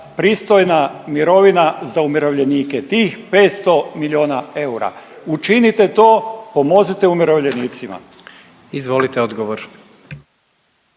pristojna mirovina za umirovljenike, tih 500 milijuna eura, učinite to, pomozite umirovljenicima. **Jandroković,